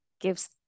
gives